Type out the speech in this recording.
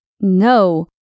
No